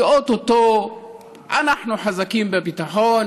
שאו-טו-טו אנחנו חזקים בביטחון,